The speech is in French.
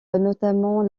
notamment